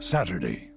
Saturday